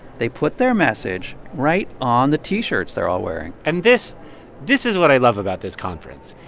they put their message right on the t-shirts they're all wearing and this this is what i love about this conference.